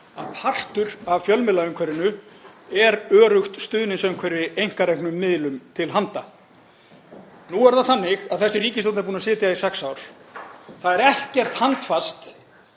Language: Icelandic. að partur af fjölmiðlaumhverfinu er öruggt stuðningsumhverfi einkareknum miðlum til handa. Nú er það þannig að þessi ríkisstjórn er búin að sitja í sex ár. Það er ekkert handfast